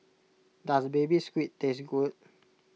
does Baby Squid taste good